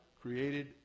created